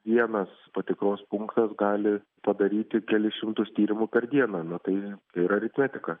vienas patikros punktas gali padaryti kelis šimtus tyrimų per dieną ne tai ir aritmetika